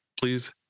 please